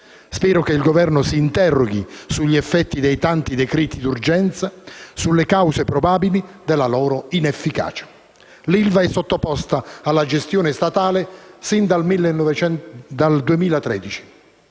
Spero che il Governo si interroghi sugli effetti dei tanti decreti d'urgenza e sulle cause probabili della loro inefficacia. L'ILVA è sottoposta alla gestione statale fin dal 2013,